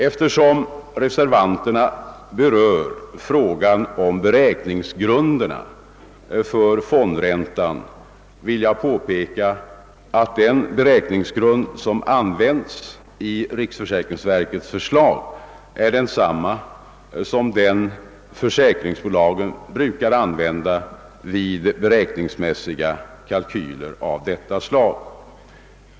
Eftersom reservanterna berör frågan om beräkningsgrunderna för fondräntan vill jag påpeka att den beräkningsgrund som använts i riksförsäkringsverkets förslag är densamma som den försäkringsbolagen brukar använda vid beräkningsmässiga kalkyler av detta slag.